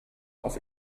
auf